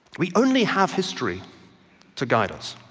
we only have history to guide us.